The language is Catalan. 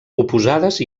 oposades